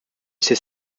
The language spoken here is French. ces